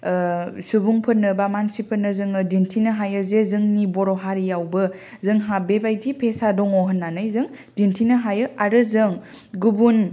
सुबुंफोरनो बा मानसिफोरनो जोङो दिन्थिनो हायो जे जोंनि बर' हारिआवबो जोंहा बेबायदि पेसा दङ होननानै जों दिन्थिनो हायो आरो जों गुबुन